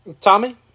Tommy